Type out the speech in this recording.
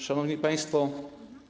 Szanowni Państwo!